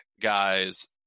guys